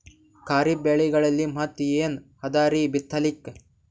ಖರೀಫ್ ಬೆಳೆಗಳಲ್ಲಿ ಮತ್ ಏನ್ ಅದರೀ ಬಿತ್ತಲಿಕ್?